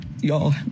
Y'all